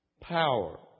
Power